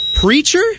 Preacher